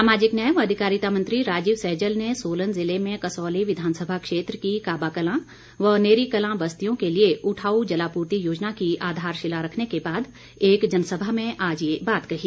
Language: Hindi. सामाजिक न्याय व अधिकारिता मंत्री राजीव सैजल ने सोलन जिले में कसौली विधानसभा क्षेत्र की काबाकलां व नेरीकलां बस्तियों के लिए उठाउ जलापूर्ति योजना की आधारशिला रखने के बाद एक जनसभा में आज ये बात कही